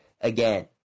again